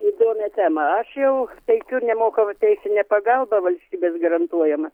įdomią temą aš jau teikiu nemokamą teisinę pagalbą valstybės garantuojamą